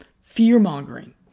fear-mongering